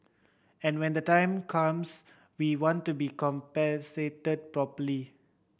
and when the time comes we want to be compensated properly